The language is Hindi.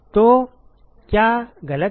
तो क्या गलत है